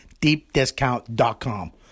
deepdiscount.com